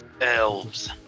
Elves